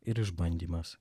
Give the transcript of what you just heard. ir išbandymas